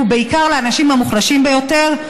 ובעיקר לאנשים המוחלשים ביותר.